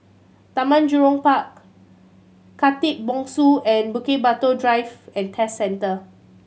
Taman Jurong Park Khatib Bongsu and Bukit Batok Driving and Test Centre